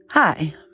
Hi